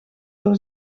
door